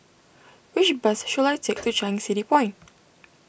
which bus should I take to Changi City Point